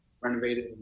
renovated